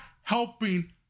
helping